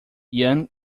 yan